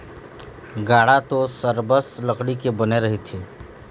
गाड़ा तो सरबस लकड़ी के बने रहिथे